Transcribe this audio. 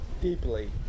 deeply